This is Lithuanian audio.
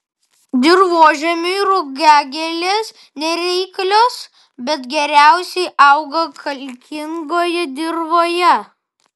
dirvožemiui rugiagėlės nereiklios bet geriausiai auga kalkingoje dirvoje